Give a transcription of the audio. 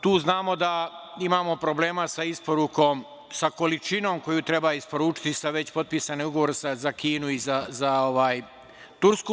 Tu znamo da imamo problema sa isporukom, sa količinom koju treba isporučiti sa već potpisanim ugovorima za Kinu i za Tursku.